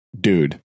Dude